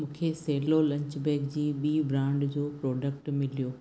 मूंखे Cello lunch bag जी ॿी ब्रांड जो प्रोडक्ट मिलियो